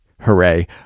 hooray